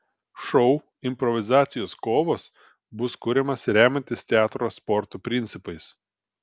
šou improvizacijos kovos bus kuriamas remiantis teatro sporto principais